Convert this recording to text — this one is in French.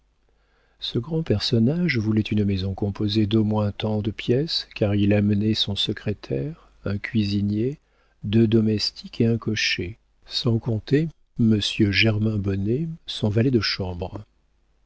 ce grand personnage voulait une maison composée d'au moins tant de pièces car il amenait son secrétaire un cuisinier deux domestiques et un cocher sans compter monsieur germain bonnet son valet de chambre